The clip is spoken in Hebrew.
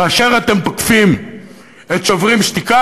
כאשר אתם תוקפים את "שוברים שתיקה",